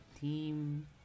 Team